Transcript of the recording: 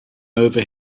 over